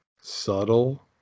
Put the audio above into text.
subtle